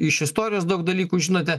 iš istorijos daug dalykų žinote